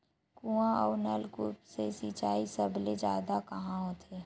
कुआं अउ नलकूप से सिंचाई सबले जादा कहां होथे?